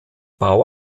bau